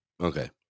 okay